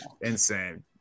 Insane